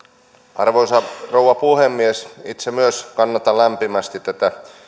arvoisa rouva puhemies itse myös kannatan lämpimästi tätä